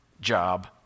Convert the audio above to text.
job